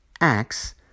acts